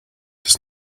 does